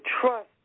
trust